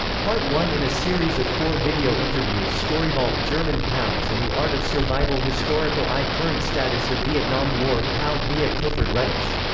part one in a series of four video interviews storyvault german pows and the art of survival historical eye current status of vietnam war pow mia clifford reddish.